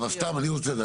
אבל סתם אני רוצה לדעת,